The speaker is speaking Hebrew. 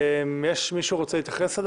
מישהו רוצה להתייחס?